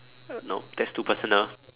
uh no that's too personal